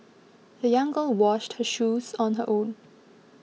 the young girl washed her shoes on her own